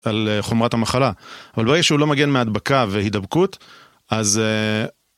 על חומרת המחלה, אבל ברגע שהוא לא מגן מהדבקה והדבקות, אז...